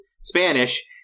Spanish